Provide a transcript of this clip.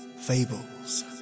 fables